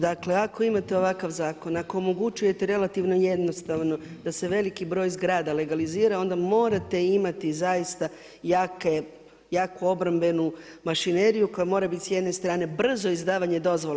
Dakle ako imate ovakav zakon, ako omogućujete relativno jednostavno da se veliki broj zgrada legalizira onda morate imati zaista jaku obrambenu mašineriju koja mora biti s jedne strane brzo izdavanje dozvole.